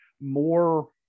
more